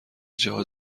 جاها